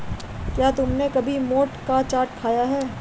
क्या तुमने कभी मोठ का चाट खाया है?